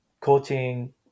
coaching